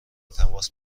تماس